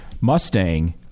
Mustang